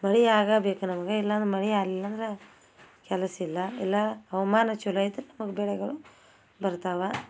ಮಳೆ ಆಗ ಬೇಕು ನಮ್ಗೆ ಇಲ್ಲಂದ್ರೆ ಮಳೆ ಆಗ್ಲಿಲ್ಲ ಅಂದ್ರೆ ಕೆಲಸ ಇಲ್ಲ ಇಲ್ಲ ಹವಾಮಾನ ಚಲೋ ಇದ್ರೆ ನಮಗೆ ಬೆಳೆಗಳು ಬರ್ತಾವೆ